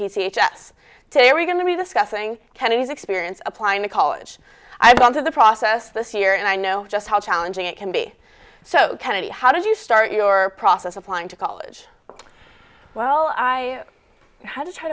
h us today we're going to be the scuffing kenny's experience applying to college i've gone through the process this year and i know just how challenging it can be so kennedy how did you start your process applying to college well i had to try